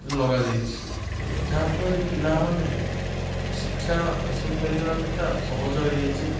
ଲଗାଯାଇଛି ଯାହାଫଳରେ ପିଲାମାନେ ଶିକ୍ଷା ହାସଲ କରିବାଟା ସହଜ ହେଇଯାଇଛି